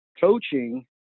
coaching